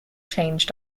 change